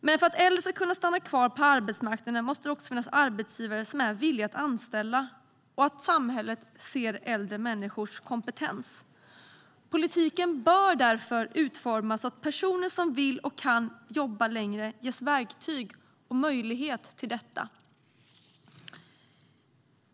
Men för att äldre ska kunna stanna kvar på arbetsmarknaden krävs det också att arbetsgivare är villiga att anställa dem och att samhället ser äldre människors kompetens. Politiken bör därför utformas så att personer som vill och kan jobba längre ges verktyg och möjlighet till detta.